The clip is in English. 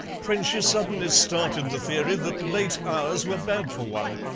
when she suddenly started the theory that late hours were bad for one,